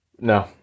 no